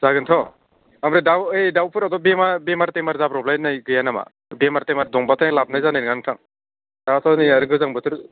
जागोनथ' ओमफ्राय दाउ ओइ दाउफोराथ' बेमार बेमार थेमार जाब्रबलायनाय गैया नामा बेमार थेमार दंबाथाय लाबोनाय जानाय नङा नोंथां दाथ' नै आरो गोजां बोथोर